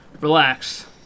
Relax